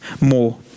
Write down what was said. more